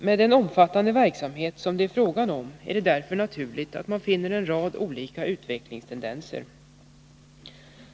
Med den omfattande verksamhet som det är fråga om är det därför naturligt att man finner olika utvecklingstendenser.